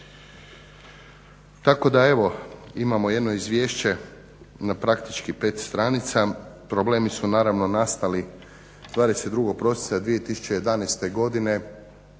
Tako da evo imamo jedno izvješće na praktički 5 stranica. Problemi su naravno nastali 22. prosinca 2011. godine